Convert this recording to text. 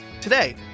Today